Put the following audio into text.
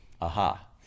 Aha